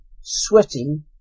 sweating